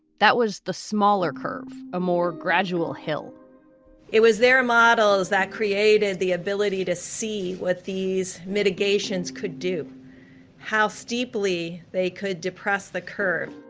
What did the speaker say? that was the smaller curve, a more gradual hill it was their models that created the ability to see with these mitigations could do how steeply they could depress the curve